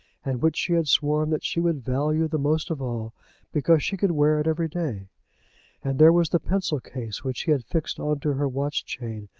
and which she had sworn that she would value the most of all because she could wear it every day and there was the pencil-case which he had fixed on to her watch-chain,